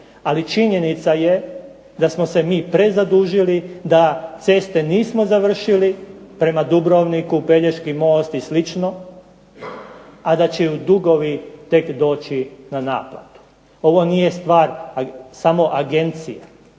Ali činjenica je da smo se mi prezadužili, da ceste nismo završili prema Dubrovniku, Pelješki most i slično, a da će dugovi tek doći na naplatu. Ovo nije stvar samo agencija,